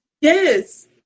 Yes